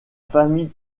famille